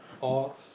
or